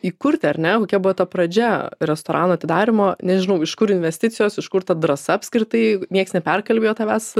įkurti ar ne kokia buvo ta pradžia restorano atidarymo nežinau iš kur investicijos iš kur ta drąsa apskritai nieks neperkalbėjo tavęs